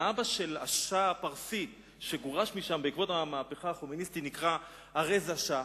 אביו של השאה הפרסי שגורש בעקבות המהפכה החומייניסטית נקרא ה"ריזה שאה".